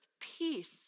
peace